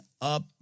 up